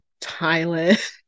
Thailand